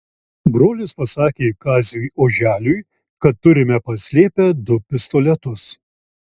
brolis pasakė kaziui oželiui kad turime paslėpę du pistoletus